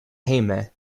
hejme